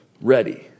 ready